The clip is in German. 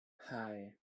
hei